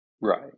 Right